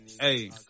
hey